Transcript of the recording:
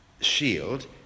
shield